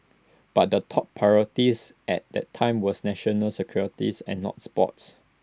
but the top priorities at that time was national security's and not sports